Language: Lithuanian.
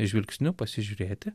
žvilgsniu pasižiūrėti